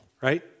right